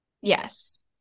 Yes